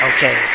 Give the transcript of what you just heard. Okay